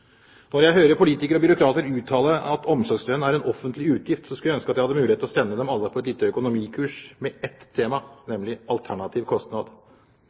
Når jeg hører politikere og byråkrater uttale at omsorgslønn er en offentlig utgift, skulle jeg ønske at jeg hadde mulighet til å sende dem alle på et lite økonomikurs med ett tema, nemlig alternativ kostnad.